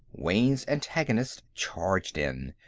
wayne's antagonist charged in.